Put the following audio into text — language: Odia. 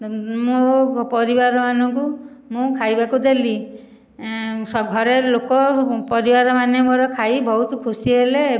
ମୁଁ ପରିବାର ମାନଙ୍କୁ ମୁଁ ଖାଇବାକୁ ଦେଲି ଘରେ ଲୋକ ପରିବାରମାନେ ମୋର ଖାଇ ବହୁତ ଖୁସି ହେଲେ